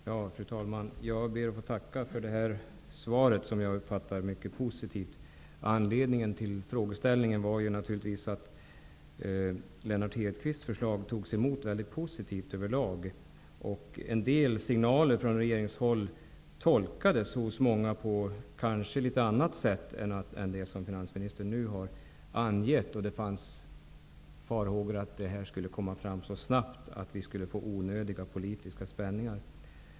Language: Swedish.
Fru talman! Jag ber att få tacka för svaret, som jag uppfattar mycket positivt. Anledningen till frågan var naturligtvis att Lennart Hedquists förslag mottogs väldigt positivt överlag. En del signaler från regeringshåll tolkades av många på litet annat sätt än vad finansministern nu har angett. Det fanns också farhågor för att det skulle gå så snabbt, att vi skulle få onödiga politiska spänningar.